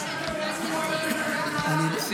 לא, אנחנו